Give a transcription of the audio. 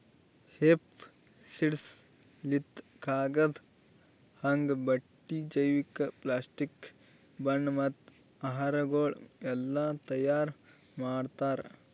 hemp seeds ಲಿಂತ್ ಕಾಗದ, ಹಗ್ಗ, ಬಟ್ಟಿ, ಜೈವಿಕ, ಪ್ಲಾಸ್ಟಿಕ್, ಬಣ್ಣ ಮತ್ತ ಆಹಾರಗೊಳ್ ಎಲ್ಲಾ ತೈಯಾರ್ ಮಾಡ್ತಾರ್